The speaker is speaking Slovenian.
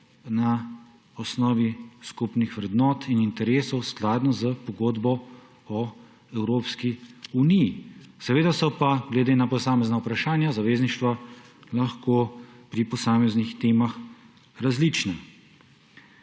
na osnovi skupnih vrednot in interesov, skladno s Pogodbo o Evropski uniji. Seveda so pa glede na posamezna vprašanja zavezništva lahko pri posameznih temah različna.